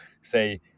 say